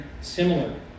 similar